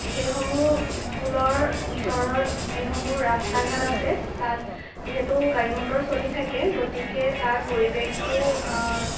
সেইসমূহ স্কুলৰ ওচৰত যিসমূহ ৰাস্তা ঘাট আছে তাত যিহেতু গাড়ী মটৰ চলি থাকে গতিকে তাৰ পৰিৱেশটো